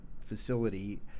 facility